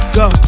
go